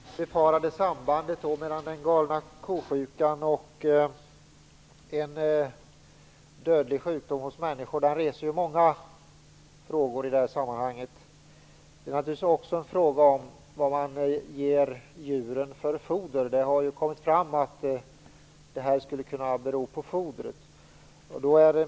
Fru talman! Det befarade sambandet mellan "galna ko-sjukan" och en dödlig sjukdom hos människor reser många frågor. Det är naturligtvis också fråga om vad man ger djuren för foder. Det har kommit fram att det här skulle kunna bero på fodret.